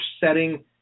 setting